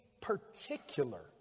particular